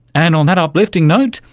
and on that uplifting note,